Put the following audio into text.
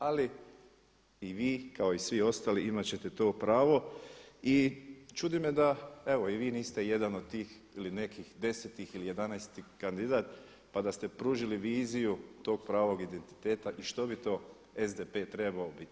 Ali i vi kao i svi ostali imat ćete to pravo i čudi me evo da i vi niste jedan od tih ili neki 10, 11 kandidat pa da ste pružili viziju tog pravog identiteta i što bi to SDP trebao biti.